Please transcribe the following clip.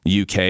UK